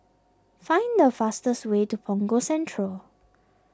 find the fastest way to Punggol Central